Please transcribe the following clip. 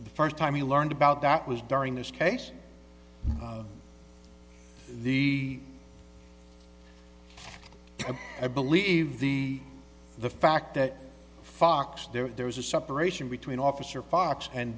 the first time he learned about that was during this case the i believe the the fact that fox there was a separation between officer fox and